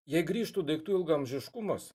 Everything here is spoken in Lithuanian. jei grįžtų daiktų ilgaamžiškumas